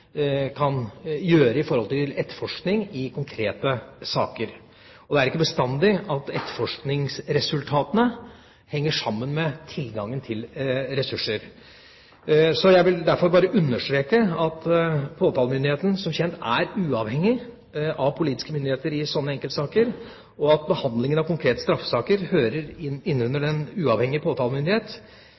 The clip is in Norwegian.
kan gjøre når det gjelder etterforskning i konkrete saker, og det er ikke bestandig at etterforskningsresultatene henger sammen med tilgangen til ressurser. Jeg vil derfor bare understreke at påtalemyndigheten som kjent er uavhengig av politiske myndigheter i enkeltsaker, og at behandlingen av konkrete straffesaker hører inn under den uavhengige påtalemyndighet,